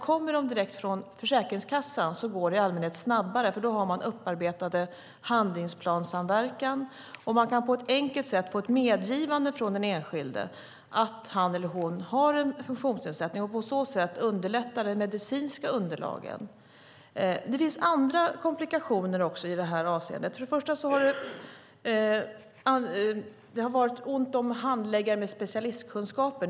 Kommer de direkt från Försäkringskassan går det i allmänhet snabbare, för då har man en upparbetad handlingsplanssamverkan och kan på ett enkelt sätt få ett medgivande från den enskilde om att han eller hon har en funktionsnedsättning och på så sätt underlätta de medicinska underlagen. Det finns andra komplikationer också i det här avseendet. Det har varit ont om handläggare med specialistkunskaper.